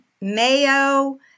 Mayo